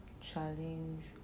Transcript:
challenge